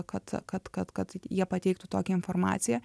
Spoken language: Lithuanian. kad kad kad kad jie pateiktų tokią informaciją